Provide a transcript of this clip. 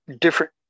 different